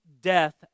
death